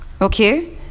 Okay